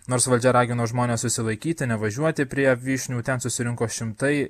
nors valdžia ragino žmones susilaikyti nevažiuoti prie vyšnių ten susirinko šimtai